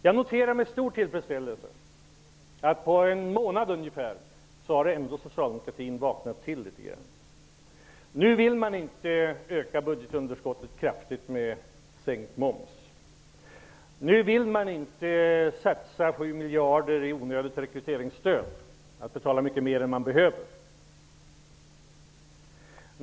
Jag noterar med stor tillfredsställelse att på ungefär en månad har socialdemokratin vaknat till litet grand. Nu vill man inte öka budgetunderskottet kraftigt med sänkt moms. Nu vill man inte satsa sju miljarder i onödigt rekryteringsstöd och betala mycket mer än man behöver.